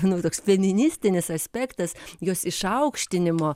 nu toks feministinis aspektas jos išaukštinimo